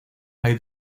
hay